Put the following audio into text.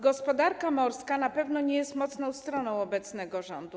Gospodarka morska na pewno nie jest mocną stroną obecnego rządu.